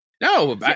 No